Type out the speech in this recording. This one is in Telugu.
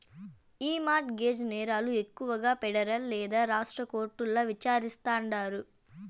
ఈ మార్ట్ గేజ్ నేరాలు ఎక్కువగా పెడరల్ లేదా రాష్ట్ర కోర్టుల్ల విచారిస్తాండారు